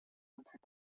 depuis